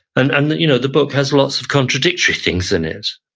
and and you know the book has lots of contradictory things in it,